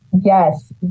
Yes